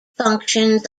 functions